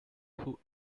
who